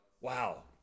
Wow